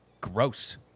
gross